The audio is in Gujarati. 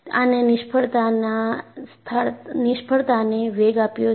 છેલ્લે આને નિષ્ફળતાને વેગ આપ્યો છે